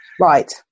Right